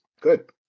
good